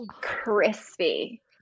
crispy